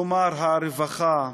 כלומר הרווחה,